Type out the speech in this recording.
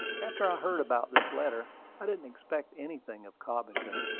after i heard about this letter, i didn't expect anything of cobbington,